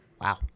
Wow